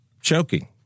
choking